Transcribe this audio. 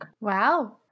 Wow